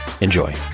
Enjoy